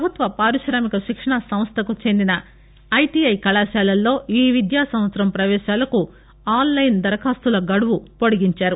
ప్రభుత్వ పార్కిశామిక శిక్షణా సంస్థకు చెందిన ఐటీఐ కళాశాలల్లో ఈ విద్యా సంవత్సరం పవేశాలకు ఆన్లైన్దరఖాస్తుల గడువు పొడిగించారు